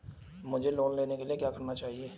मुझे लोन लेने के लिए क्या चाहिए?